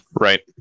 Right